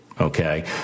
Okay